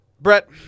Brett